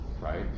right